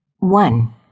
One